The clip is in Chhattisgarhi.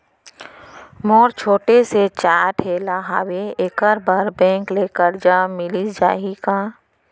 मोर छोटे से चाय ठेला हावे एखर बर बैंक ले करजा मिलिस जाही का?